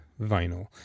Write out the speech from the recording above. vinyl